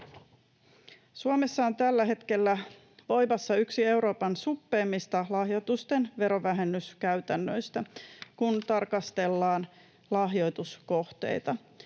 Suomessa on tällä hetkellä voimassa yksi Euroopan suppeimmista lahjoitusten verovähennyskäytännöistä, kun tarkastellaan lahjoituskohteita.